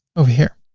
over here.